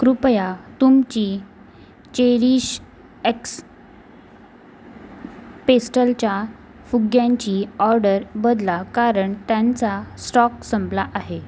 कृपया तुमची जेलीश एक्स पेस्टलच्या फुग्यांची ऑर्डर बदला कारण त्यांचा स्टॉक संपला आहे